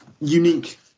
unique